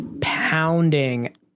pounding